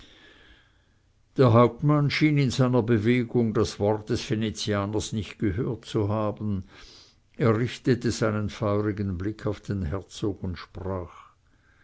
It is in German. der hauptmann schien in seiner bewegung das wort des venezianers nicht gehört zu haben er richtete seinen feurigen blick auf den herzog und sprach